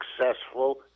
successful